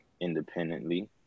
independently